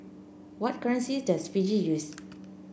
what currency does Fiji use